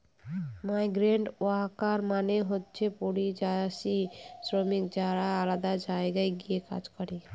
migrant worker মানে হচ্ছে পরিযায়ী শ্রমিক যারা আলাদা জায়গায় গিয়ে কাজ করে